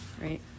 Right